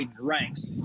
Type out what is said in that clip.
ranks